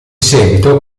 seguito